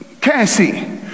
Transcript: Cassie